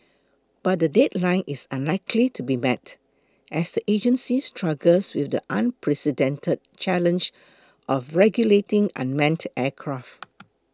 but the deadline is unlikely to be met as the agency struggles with the unprecedented challenge of regulating unmanned aircraft